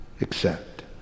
accept